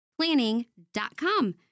planning.com